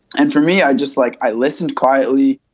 and for me, i just like i listened quietly.